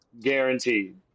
Guaranteed